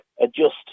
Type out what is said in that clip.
adjust